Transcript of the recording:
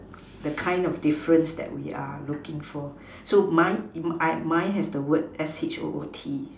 the kind of difference that we are looking for so mine mine have the word S H O O T